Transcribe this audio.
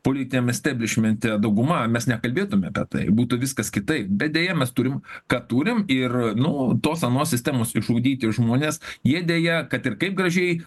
politiniam esteblišmente dauguma mes nekalbėtume apie tai būtų viskas kitaip bet deja mes turim ką turim ir nu tos anos sistemos išugdyti žmonės jie deja kad ir kaip gražiai